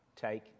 take